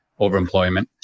overemployment